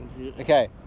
Okay